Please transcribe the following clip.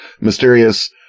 mysterious